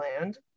land